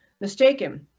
mistaken